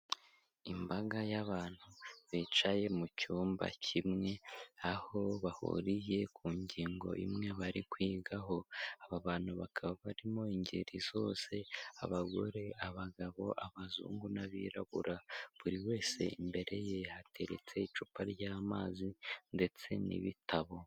Imbaga y'abantu bicaye mu cyumba kimwe, aho bahuriye ku ngingo imwe bari kwigaho. Aba bantu bakaba barimo ingeri zose: abagore, abagabo, abazungu n'abirabura. Buri wese imbere ye hateretse icupa ry'amazi ndetse n'ibitabo.